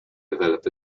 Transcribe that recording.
develop